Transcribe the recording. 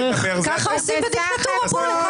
ככה עושים בדיקטטורה, בול אחד לאחד.